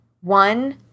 one